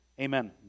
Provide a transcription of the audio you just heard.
Amen